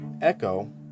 Echo